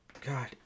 God